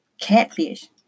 Catfish